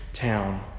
town